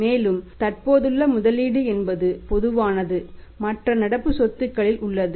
மேலும் தற்போதுள்ள முதலீடு என்பது பொதுவானது மற்ற நடப்பு சொத்துக்களில் உள்ளது